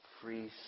Free